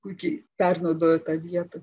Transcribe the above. puikiai pernaudojo tą vietą